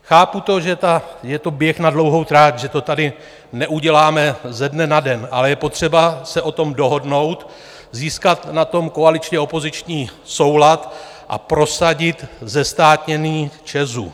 Chápu, že je to běh na dlouhou trať, že to tady neuděláme ze dne na den, ale je potřeba se o tom dohodnout, získat na tom koaličněopoziční soulad a prosadit zestátnění ČEZu.